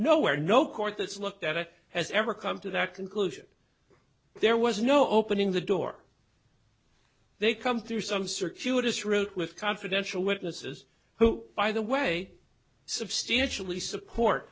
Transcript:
nowhere no court that's looked at it has ever come to that conclusion there was no opening the door they come through some circuitous route with confidential witnesses who by the way substantially support